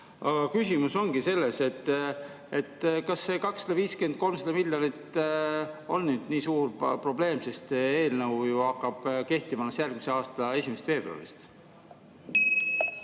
küsimus ongi selles, et kas see 250–300 miljonit on nii suur probleem, sest [seadus] hakkaks kehtima alles järgmise aasta 1. veebruaril.